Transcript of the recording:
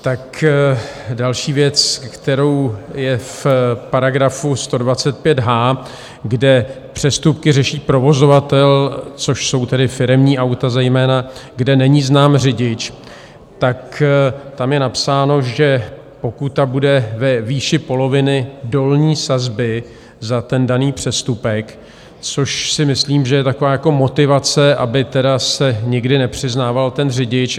Tak další věc, kterou je v § 125h, kde přestupky řeší provozovatel, což jsou tedy firemní auta zejména, kde není znám řidič, tak tam je napsáno, že pokuta bude ve výši poloviny dolní sazby za ten daný přestupek, což si myslím, že je taková motivace, aby tedy se nikdy nepřiznával ten řidič.